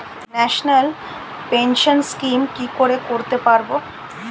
National pension scheme কি করে করতে পারব?